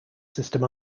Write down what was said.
system